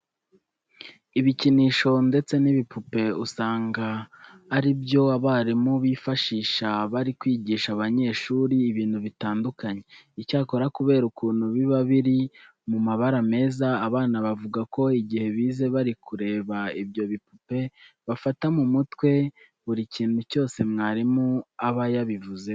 Ibikinisho ndetse n'ibipupe usanga ari byo abarimu bifashisha bari kwigisha abanyeshuri ibintu bitandukanye. Icyakora kubera ukuntu biba biri mu mabara meza, abana bavuga ko igihe bize bari kureba ibyo bipupe bafata mu mutwe buri kintu cyose mwarimu aba yabivuzeho.